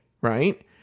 right